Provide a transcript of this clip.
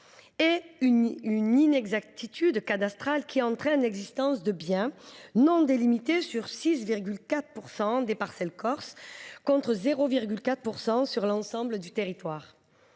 par une inexactitude cadastrale, qui entraîne l’existence de biens non délimités sur 6,4 % des parcelles corses, contre 0,4 % sur l’ensemble du territoire.